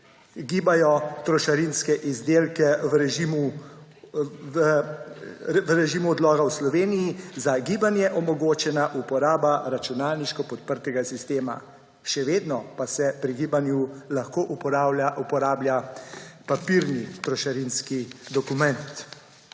gibajo trošarinske izdelke v režimu odloga v Sloveniji, za gibanje omogočena uporaba računalniško podprtega sistema. Še vedno pa se pri gibanju lahko uporablja papirni trošarinski dokument.